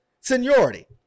seniority